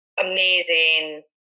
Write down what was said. amazing